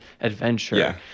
adventure